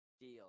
deal